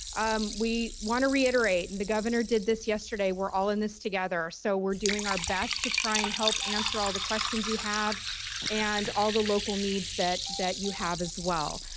um we want to reiterate and the governor did this yesterday we're all in this together so we're doing our best to try and help answer all the questions you have and all the local needs that that you have as well.